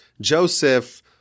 Joseph